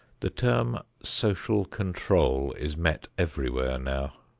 the term social control is met everywhere now.